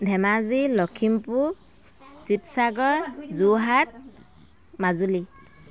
Dhemaji Lakhimpur Sivasagar Jorhat Majuli